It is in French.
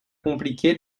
compliquée